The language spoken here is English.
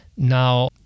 now